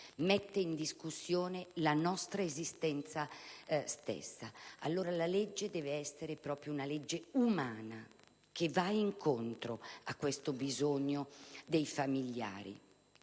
Mette in discussione la nostra stessa esistenza. La legge, allora, deve essere proprio una legge umana, che va incontro a questo bisogno dei familiari.